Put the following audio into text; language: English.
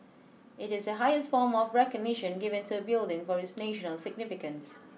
it is the highest form of recognition given to a building for its national significance